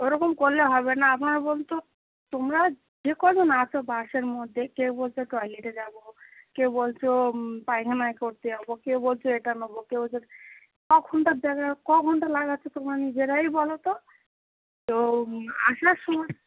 ওরকম করলে হবে না আপনারা বলতো তোমরা যে কজন আছো বাসের মধ্যে কেউ বলছ টয়লেটে যাবো কেউ বলছো পাইখানা করতে যাবো কেউ বলছো এটা নেবো কেউ বলছ ক ঘন্টা ক ঘন্টা লাগাচ্ছেো তোমরা নিজেরাই বলো তো তো আসার সময়